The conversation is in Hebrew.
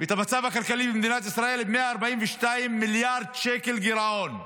ואת המצב הכלכלי עם 142 מיליארד שקל גירעון,